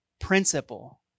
principle